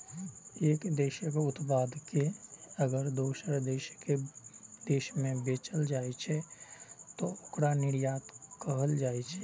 एक देशक उत्पाद कें अगर दोसर देश मे बेचल जाइ छै, तं ओकरा निर्यात कहल जाइ छै